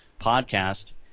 podcast